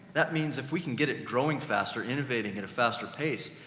that means if we can get it growing faster, innovating at a faster pace,